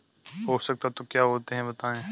पोषक तत्व क्या होते हैं बताएँ?